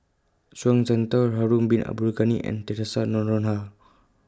Zhuang Shengtao Harun Bin Abdul Ghani and Theresa Noronha